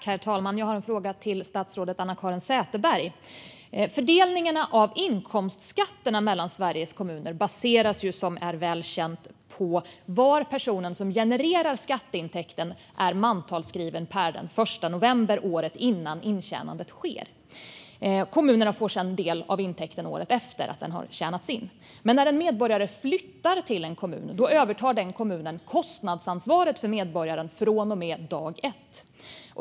Herr talman! Jag har en fråga till statsrådet Anna-Caren Sätherberg. Fördelningen av inkomstskatterna mellan Sveriges kommuner baseras, vilket är väl känt, på var personen som genererar skatteintäkten är mantalsskriven per den 1 november året innan intjänandet sker. Kommunerna får sedan del av intäkten året efter att den har tjänats in. När en medborgare flyttar till en kommun övertar dock denna kommun kostnadsansvaret för medborgaren från och med dag ett.